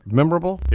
memorable